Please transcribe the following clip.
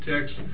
Text